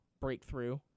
Breakthrough